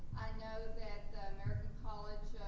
know that the american college